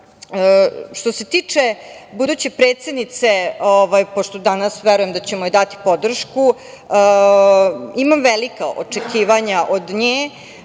se tiče buduće predsednice, pošto verujem da ćemo joj danas dati podršku, imam velika očekivanja od nje,